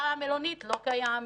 היה מלונית לא קיים,